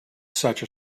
such